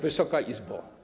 Wysoka Izbo!